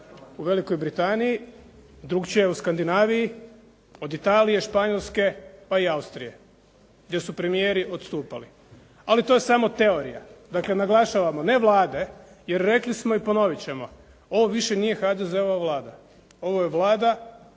u Velikoj Britaniji, drukčija je u Skandinaviji, od Italije, Španjolske pa i Austrije gdje su premijeri odstupali. Ali to je samo teorija. Dakle naglašavamo, ne Vlade jer rekli smo i ponoviti ćemo, ovo više nije HDZ-ova Vlada. Ovo je Vlada